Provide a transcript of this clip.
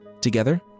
Together